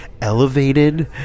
elevated